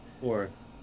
fourth